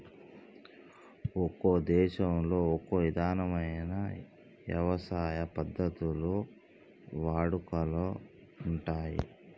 ఒక్కో దేశంలో ఒక్కో ఇధమైన యవసాయ పద్ధతులు వాడుకలో ఉంటయ్యి